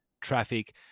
traffic